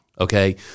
okay